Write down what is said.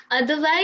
otherwise